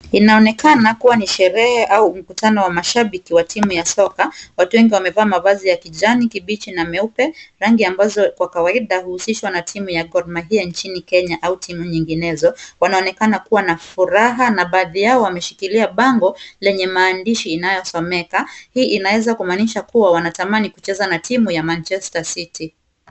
Inaonekana kuwa ni sherehe au mkutano wa mashabiki wa timu ya soka. Watu wengi wamevaa mavazi ya kijani kibichi na meupe, rangi ambazo kwa kawaida huhusishwa na timu ya Gor Mahia nchini Kenya au timu nyinginezo. Wanaonekana kuwa na furaha na baadhi yao wameshikilia bango lenye maandishi inayosomeka. Hii inaeza kumaanisha kuwa wanatamani kucheza na timu ya Manchester City.